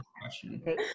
question